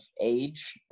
age